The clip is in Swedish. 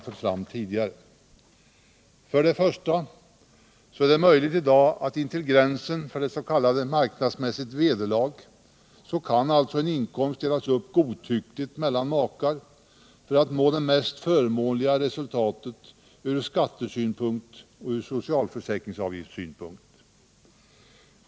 För det första är det i dag möjligt att intill gränsen för s.k. marknadsmässigt vederlag godtyckligt dela upp en företagsinkomst mellan makar för att nå det mest förmånliga resultatet från skatteoch socialförsäkringsavgiftssynpunkt.